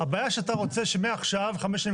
הבעיה שאתה רוצה שמעכשיו חמש שנים